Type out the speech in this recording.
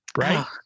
right